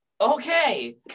okay